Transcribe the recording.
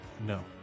No